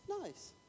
nice